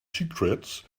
secrets